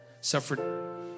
suffered